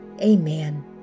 Amen